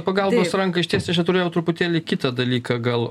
pagalbos ranką ištiesti aš čia turėjau truputėlį kitą dalyką gal